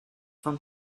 from